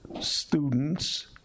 students